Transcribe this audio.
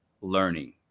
learning